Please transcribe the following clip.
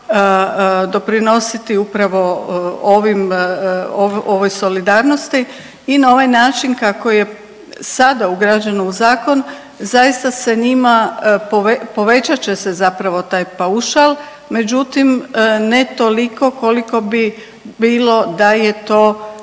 doprinositi upravo ovoj solidarnosti. I na ovaj način kako je sada ugrađeno u zakon zaista se njima, povećat će se zapravo taj paušal međutim ne toliko koliko bi bilo da je to